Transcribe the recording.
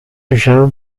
jean